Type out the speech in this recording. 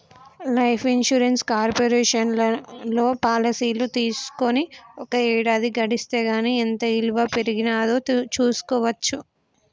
life insurance కార్పొరేషన్లో పాలసీలు తీసుకొని ఒక ఏడాది గడిస్తే గానీ ఎంత ఇలువ పెరిగినాదో చూస్కోవచ్చు